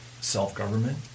self-government